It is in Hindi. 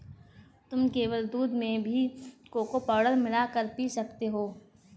तुम केवल दूध में भी कोको पाउडर मिला कर पी सकते हो